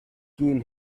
kill